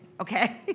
okay